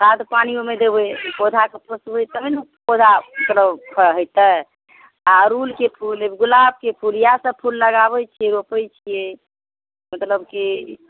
खाद पानि ओहिमे देबै पौधाके पोसबै तभी ने पौधा मतलब होयतै आ अड़हुलके फूल गुलाबके फूल इएह सब फूल लगाबैत छियै रोपैत छियै मतलब की